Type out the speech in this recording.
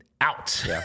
out